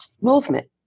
movement